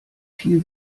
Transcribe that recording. viel